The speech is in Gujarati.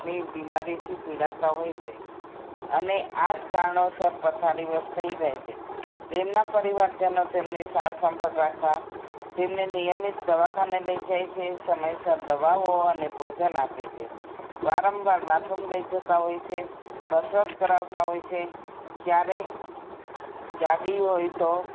ની બીમારીથી પીડાતા હોય છે અને આજ કારણોસર પથારીવશ થઈ જાય છે તેમના પરિવારજનો તેમની સારસંભાળ રાખવા તેમને નિયમિત દવાખાને લઈ જાય છે સમયસર દવાઓ અને ભોજન આપે છે વારંવાર બાથરૂમ લઈ જતા હોય છે કસરત કરાવતા હોય છે ક્યારેક ગાડી હોય તો